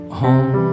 home